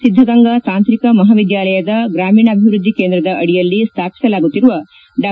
ಸಿದ್ದಗಂಗಾ ತಾಂತ್ರಿಕ ಮಹಾವಿದ್ಯಾಲಯದ ಗ್ರಾಮೀಣಾಭಿವೃದ್ಧಿ ಕೇಂದ್ರದ ಅಡಿಯಲ್ಲಿ ಸ್ಥಾಪಿಸಲಾಗುತ್ತಿರುವ ಡಾ